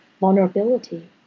vulnerability